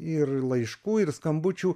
ir laiškų ir skambučių